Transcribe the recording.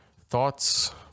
thoughts